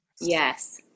Yes